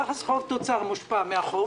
יחס חוב תוצר מושפע מהחוב